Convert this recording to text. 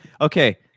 okay